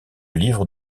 livres